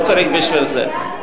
לא צריך בשביל זה.